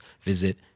visit